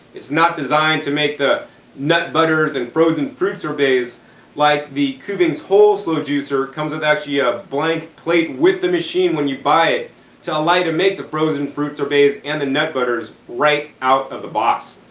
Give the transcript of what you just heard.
it's not designed to make the nut butters and frozen fruit sorbets like the kuvings whole slow juicer. comes with actually a blank plate with the machine when you buy it to allow you to make the frozen fruit sorbets and the nut butters right out of the box.